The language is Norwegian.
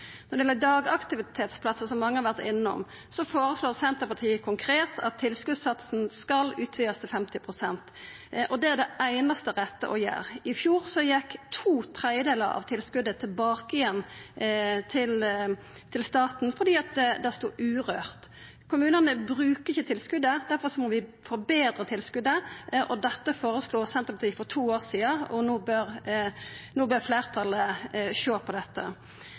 Når det gjeld dagaktivitetsplassar, som mange har vore innom, føreslår Senterpartiet konkret at tilskotssatsen skal aukast til 50 pst. Det er det einaste rette å gjera. I fjor gjekk to tredelar av tilskotet tilbake til staten fordi det sto urørt. Kommunane brukar ikkje tilskotet, og derfor må vi betre tilskotet. Dette føreslo Senterpartiet for to år sidan, og no bør fleirtalet sjå på dette.